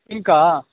பிங்க்கா